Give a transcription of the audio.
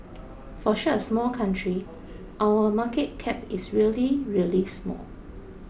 for such a small country our market cap is really really small